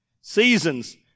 seasons